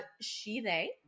she-they